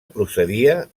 procedia